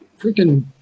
freaking